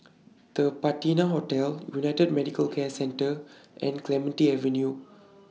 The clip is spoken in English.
The Patina Hotel United Medical Care Centre and Clementi Avenue